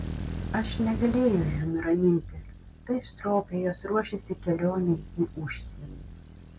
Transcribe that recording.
aš negalėjau jų nuraminti taip stropiai jos ruošėsi kelionei į užsienį